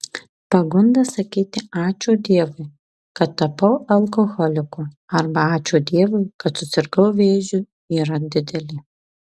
pagunda sakyti ačiū dievui kad tapau alkoholiku arba ačiū dievui kad susirgau vėžiu yra didelė